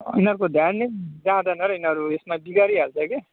उनीहरूको ध्यान नै जाँदैन र यिनीहरू यसमा बिगारिहाल्छ क्या